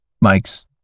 Mike's